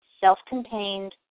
self-contained